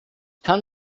kann